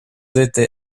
été